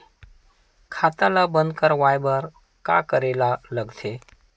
खाता ला बंद करवाय बार का करे ला लगथे?